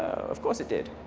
of course it did.